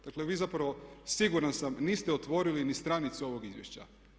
Dakle, vi zapravo siguran sam niste otvorili ni stranicu ovog izvješća.